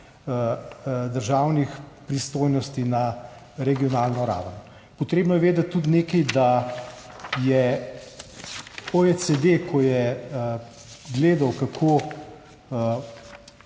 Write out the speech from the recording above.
državnih pristojnosti na regionalno raven. Potrebno je vedeti tudi nekaj, da je OECD, ko je gledal, kako